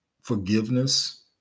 forgiveness